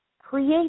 Create